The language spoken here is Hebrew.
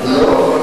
לא.